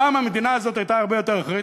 פעם המדינה הזאת הייתה הרבה יותר אחראית,